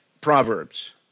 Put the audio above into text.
Proverbs